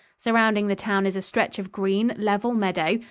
surrounding the town is a stretch of green, level meadow,